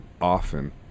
often